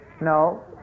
No